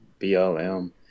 BLM